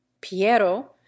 piero